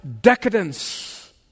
decadence